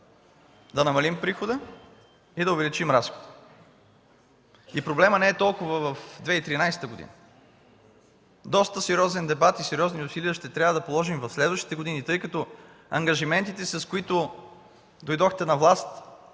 да намалим прихода и да увеличим разхода. Проблемът не е толкова в 2013 г. Доста сериозен дебат и сериозни усилия ще трябва да положим в следващите години, тъй като ангажиментите, с които дойдохте на власт,